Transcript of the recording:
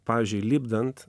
pavyzdžiui lipdant